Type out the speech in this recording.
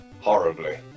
horribly